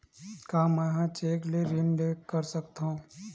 का मैं ह चेक ले ऋण कर सकथव?